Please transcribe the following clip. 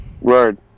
Word